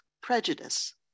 prejudice